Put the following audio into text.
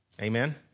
Amen